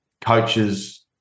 coaches